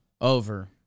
Over